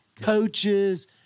coaches